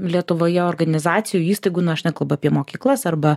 lietuvoje organizacijų įstaigų na aš nekalbu apie mokyklas arba